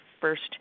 first